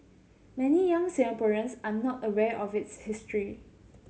many young Singaporeans are not aware of its history